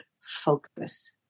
focus